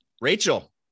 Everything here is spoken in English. Rachel